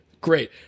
Great